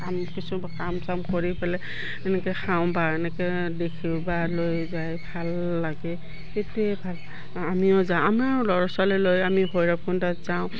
কাম কিছু কাম চাম কৰি পেলাই এনেকৈ খাওঁ বা এনেকৈ দেখিও বা লৈ যায় ভাল লাগে সেইটোৱে ভাল আমিও যাওঁ আমাৰ ল'ৰা ছোৱালী লৈ আমি ভৈৰৱকুণ্ডত যাওঁ